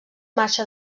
marxa